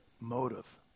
motive